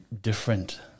different